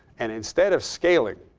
and instead of scaling